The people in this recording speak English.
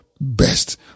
best